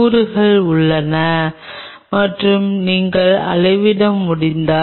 கூறுகள் உள்ளன மற்றும் நீங்கள் அளவிட முடிந்தால்